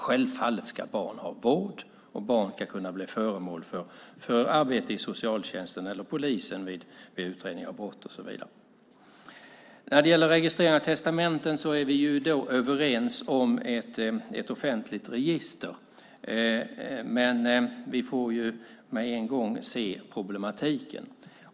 Självfallet ska barn ha vård, och barn ska kunna bli föremål för arbete i socialtjänsten eller polisen vid utredning av brott och så vidare. När det gäller registrering av testamenten är vi överens om ett offentligt register. Vi måste dock se problematiken.